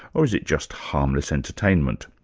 or is it just harmless entertainment?